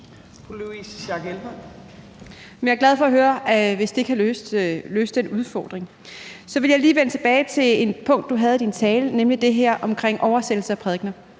er jeg glad for at høre, hvis det kan løse den udfordring. Så vil jeg lige vende tilbage til et punkt, du havde i din tale, nemlig det her om oversættelse af prædikener.